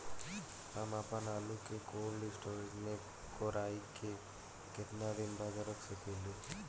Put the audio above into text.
हम आपनआलू के कोल्ड स्टोरेज में कोराई के केतना दिन बाद रख साकिले?